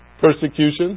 Persecution